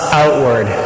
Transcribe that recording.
outward